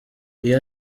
iyo